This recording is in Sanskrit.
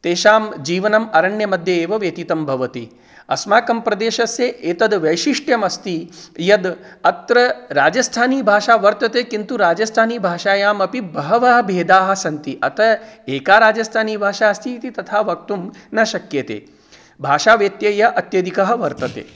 तेषां जीवनम् अरण्यमध्ये एव व्यतीतं भवति अस्माकं प्रदेशस्य एतत् वैशिष्ट्यमस्ति यद् अत्र राजस्थानीभाषा वर्तते किन्तु राजस्थानीभाषायामपि बहवः भेदाः सन्ति अतः एका राजस्थानीभाषा अस्ति तथा वक्तुं न शक्यते भाषाव्यत्ययः अत्यधिकः वर्तते